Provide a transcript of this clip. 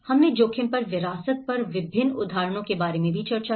हमने जोखिम पर विरासत पर विभिन्न उदाहरणों के बारे में भी चर्चा की